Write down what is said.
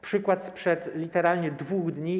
Przykład sprzed literalnie 2 dni.